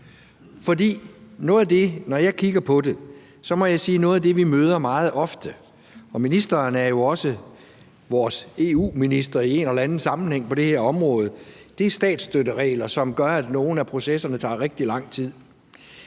noget af det, vi møder meget ofte – og ministeren er jo også vores EU-minister i en eller anden sammenhæng på det her område – er statsstøtteregler, som gør, at nogle af processerne tager rigtig lang tid.